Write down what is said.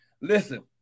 listen